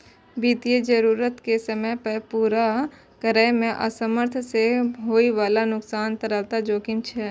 वित्तीय जरूरत कें समय पर पूरा करै मे असमर्थता सं होइ बला नुकसान तरलता जोखिम छियै